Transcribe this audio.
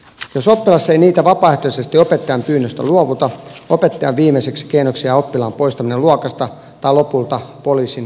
jos oppilas ei niitä vapaaehtoisesti opettajan pyynnöstä luovuta opettajan viimeiseksi keinoksi jää oppilaan poistaminen luokasta tai lopulta poliisin kutsuminen apuun